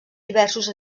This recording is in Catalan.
diversos